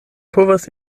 povas